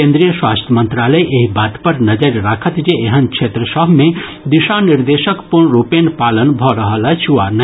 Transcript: केन्द्रीय स्वास्थ्य मंत्रालय एहि बात पर नजरि राखत जे एहेन क्षेत्र सभ मे दिशा निर्देशक पूर्णरूपेण पालन भऽ रहल अछि वा न नहि